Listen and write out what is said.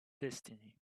destiny